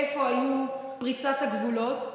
איפה היו פריצות הגבולות.